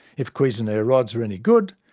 if cuisenaire rods were any good,